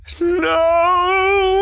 No